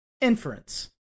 Inference